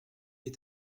est